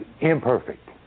imperfect